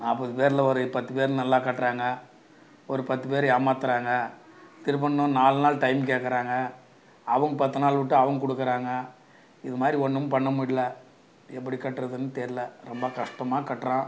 நாற்பது பேரில் ஒரு பத்துப் பேர் நல்லா கட்டுறாங்க ஒரு பத்துப் பேர் ஏமாற்றுறாங்க திருப்ப இன்னும் நால் நாள் டைம் கேட்கறாங்க அவங் பத்து நாள் விட்டு அவங் கொடுக்கறாங்க இதுமாதிரி ஒன்றும் பண்ண முட்ல எப்படி கட்றதுன் தெரில ரொம்ப கஷ்டமாக கட்றேன்